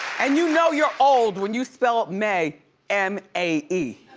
and you know you're old when you spell mae m a e.